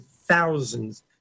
thousands